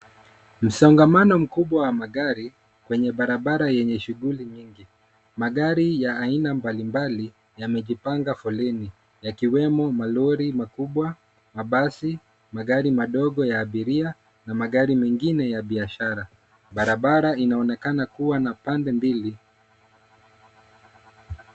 Msongamano mkubwa wa magari kwenye barabara yenye shughuli nyingi. Magari ya aina mbalimbali yamejipanga foleni yakiwemo malori makubwa, mabasi, magari madogo ya abiria na magari mengine ya biashara. Barabara inaonekana kuwa na pande mbili.